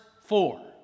four